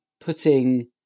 putting